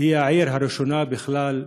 היא העיר הראשונה בכלל,